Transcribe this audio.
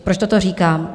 Proč toto říkám?